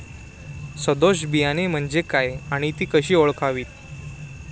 सदोष बियाणे म्हणजे काय आणि ती कशी ओळखावीत?